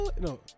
No